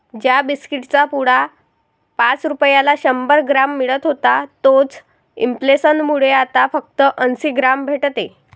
ज्या बिस्कीट चा पुडा पाच रुपयाला शंभर ग्राम मिळत होता तोच इंफ्लेसन मुळे आता फक्त अंसी ग्राम भेटते